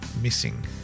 missing